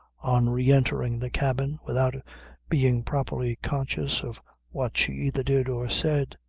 on re-entering the cabin, without being properly conscious of what she either did or said,